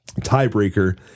tiebreaker